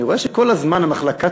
אני רואה שכל הזמן המחלקה